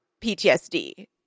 PTSD